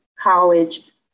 college